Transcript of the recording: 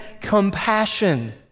compassion